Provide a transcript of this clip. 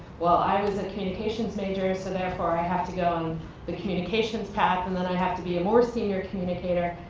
well i was a communications major, so therefore i have to go on the communications path and then i have to be a more senior communicator.